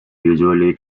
usually